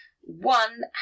One